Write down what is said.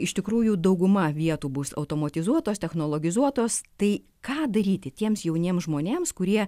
iš tikrųjų dauguma vietų bus automatizuotos technologizuotos tai ką daryti tiems jauniems žmonėms kurie